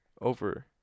over